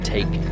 Take